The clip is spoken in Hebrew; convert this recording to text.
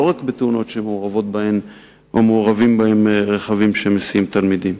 ולא רק תאונות שמעורבים בהם רכבים שמסיעים תלמידים.